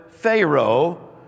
Pharaoh